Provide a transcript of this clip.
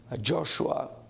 Joshua